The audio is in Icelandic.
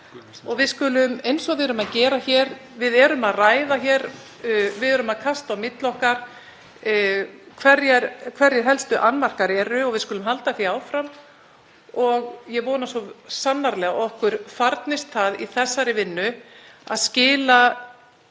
Við skulum — eins og við erum að gera hér, við erum að ræða hér, við erum að kasta á milli okkar hverjir helstu annmarkar eru — við skulum halda því áfram. Ég vona svo sannarlega að okkur farnist það í þessari vinnu að skila